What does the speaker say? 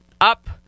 up